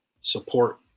support